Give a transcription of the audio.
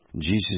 Jesus